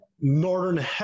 Northern